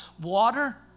water